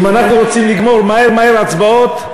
אם אנחנו רוצים לגמור מהר מהר הצבעות,